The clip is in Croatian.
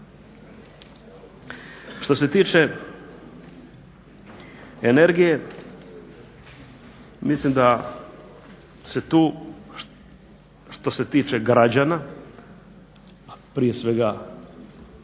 Što se tiče energije mislim da se tu što se tiče građana prije svega